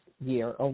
year